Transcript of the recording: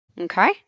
Okay